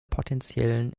potentiellen